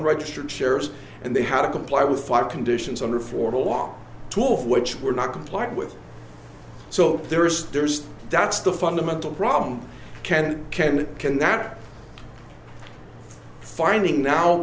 registered shares and they had to comply with five conditions under florida law to which were not complied with so there's there's that's the fundamental problem can can can that finding now